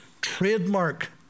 trademark